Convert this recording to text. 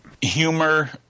Humor